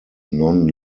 non